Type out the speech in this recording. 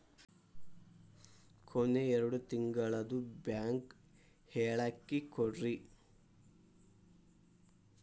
ಕೊನೆ ಎರಡು ತಿಂಗಳದು ಬ್ಯಾಂಕ್ ಹೇಳಕಿ ಕೊಡ್ರಿ